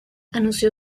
anunció